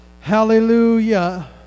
hallelujah